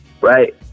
right